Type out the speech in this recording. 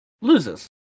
loses